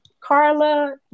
Carla